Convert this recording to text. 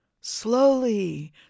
Slowly